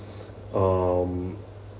um